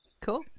Cool